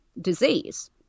disease